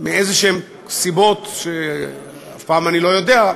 מאיזשהן סיבות שאף פעם אני לא יודע,